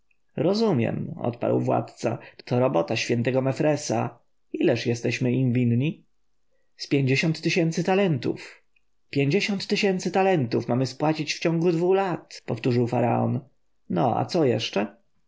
rozumiem odparł władca to robota świętego mefresa ileż jesteśmy im winni z pięćdziesiąt tysięcy talentów pięćdziesiąt tysięcy talentów mamy spłacić w ciągu dwu lat powtórzył faraon no a co jeszcze